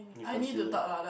you consider